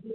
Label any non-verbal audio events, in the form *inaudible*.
*unintelligible*